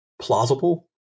plausible